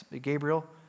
Gabriel